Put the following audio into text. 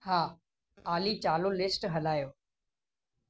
हा ऑली चालू लिस्ट हलायो